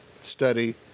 study